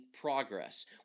progress